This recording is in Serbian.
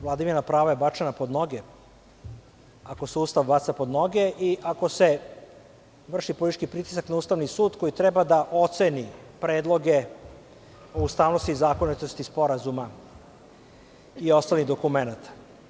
Prema tome, vladavina prava je bačena pod noge ako se Ustav baca pod noge i ako se vrši politički pritisak na Ustavni sud koji treba da oceni predloge o ustavnosti i zakonitosti sporazuma i ostalih dokumenata.